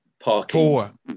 Parking